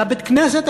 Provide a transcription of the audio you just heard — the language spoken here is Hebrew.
על בית-הכנסת,